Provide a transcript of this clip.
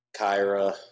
Kyra